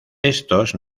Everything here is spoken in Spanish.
estos